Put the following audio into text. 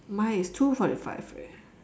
mine is two forty five eh